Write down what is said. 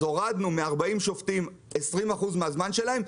אז הורדנו מ-40 שופטים 20% מהזמן שלהם,